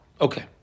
Okay